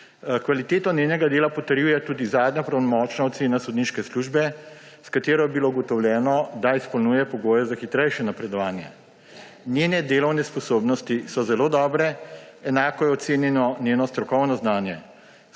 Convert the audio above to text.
Kvaliteto njenega dela potrjuje tudi zadnja pravnomočna ocena sodniške službe, s katero je bilo ugotovljeno, da izpolnjuje pogoje za hitrejše napredovanje. Njene delovne sposobnosti so zelo dobre, enako je ocenjeno njeno strokovno znanje.